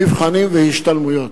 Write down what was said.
מבחנים והשתלמויות.